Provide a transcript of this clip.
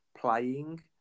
playing